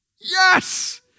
Yes